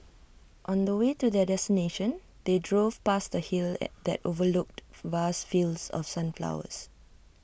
on the way to their destination they drove past A hill that overlooked vast fields of sunflowers